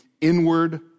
inward